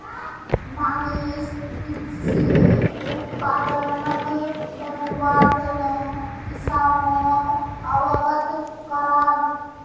मनीष कृषि उत्पादनक बढ़व्वार तने किसानोक अवगत कराले